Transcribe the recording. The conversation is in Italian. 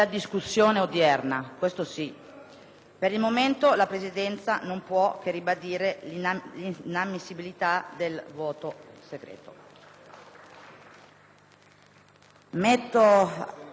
Per il momento, la Presidenza non può che ribadire l'inammissibilità del voto segreto.